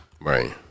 Right